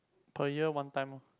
per year one time orh